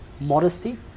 modesty